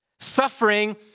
Suffering